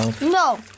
No